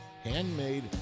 handmade